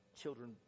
children